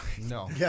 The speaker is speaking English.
No